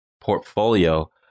portfolio